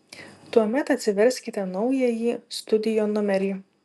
tuomet atsiverskite naująjį studio numerį